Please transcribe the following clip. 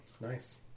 Nice